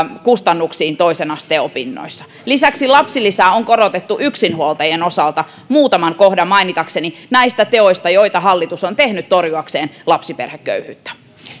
kustannuksiin toisen asteen opinnoissa lisäksi lapsilisää on korotettu yksinhuoltajien osalta muutaman kohdan mainitakseni näistä teoista joita hallitus on tehnyt torjuakseen lapsiperheköyhyyttä